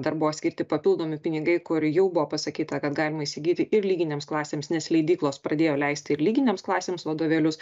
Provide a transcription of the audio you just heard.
dar buvo skirti papildomi pinigai kur jau buvo pasakyta kad galima įsigyti ir lyginėms klasėms nes leidyklos pradėjo leisti ir lyginėms klasėms vadovėlius